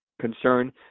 concern